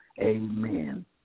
Amen